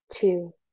two